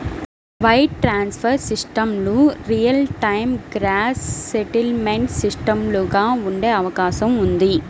wire transfer సిస్టమ్లు real time gross settlement సిస్టమ్లుగా ఉండే అవకాశం ఉంది